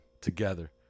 together